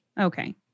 Okay